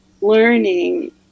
learning